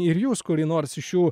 ir jūs kurį nors iš šių